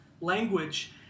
language